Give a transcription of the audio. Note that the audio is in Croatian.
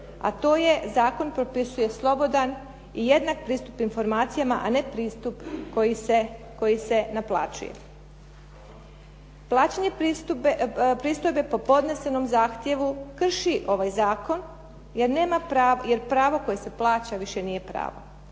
a to je zakon propisuje slobodan i jednak pristup informacijama, a ne pristup koji je naplaćuje. Plaćanje pristojbe po podnesenog zahtjevu krši ovaj zakon, jer pravo koje se plaća više nije pravo.